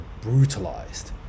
brutalized